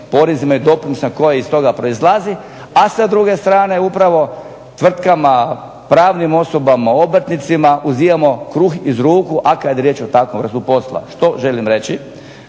porezima i doprinosima koji iz toga proizlazi, a sa druge strane upravo tvrtkama, pravnim osobama, obrtnicima uzimamo kruh iz ruku, a kad je riječ o takvoj vrsti posla. Što želim reći.